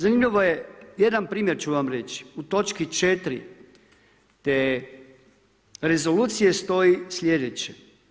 Zanimljivo je jedan primjer ću vam reći, u točku 4. te rezolucije stoji slijedeće.